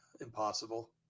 impossible